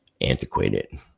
antiquated